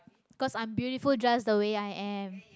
'cause i'm beautiful just the way i am